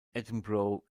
edinburgh